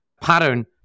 pattern